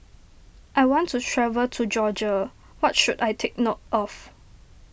I want to travel to Georgia What should I take note of